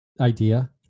idea